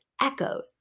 echoes